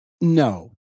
no